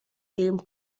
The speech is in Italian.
film